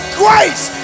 grace